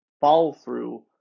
follow-through